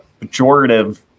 pejorative